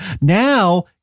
Now